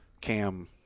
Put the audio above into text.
Cam